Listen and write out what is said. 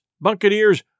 buccaneers